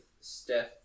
Steph